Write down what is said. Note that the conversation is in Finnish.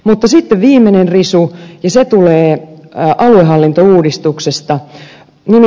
mutta sitten viimeinen risu ja se tulee aluehallintouudistuksesta